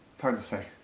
hard to say.